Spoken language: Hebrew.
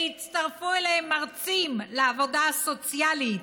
והצטרפו אליהם מרצים לעבודה סוציאלית,